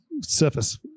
surface